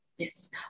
Yes